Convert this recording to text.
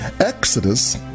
Exodus